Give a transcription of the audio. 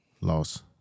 Loss